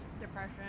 Depression